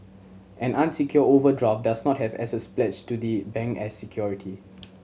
an unsecured overdraft does not have assets pledged to the bank as security